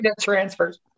transfers